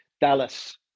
dallas